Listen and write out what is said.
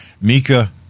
Mika